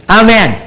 amen